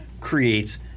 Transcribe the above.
creates